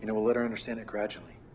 and we'll let her understand it gradually.